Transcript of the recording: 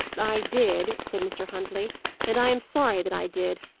i did, said mr. huntley and i am sorry that i did.